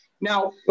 Now-